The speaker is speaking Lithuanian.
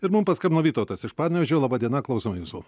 ir mum paskambino vytautas iš panevėžio laba diena klausome jūsų